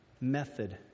method